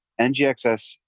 NGXS